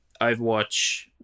Overwatch